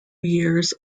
years